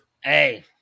Hey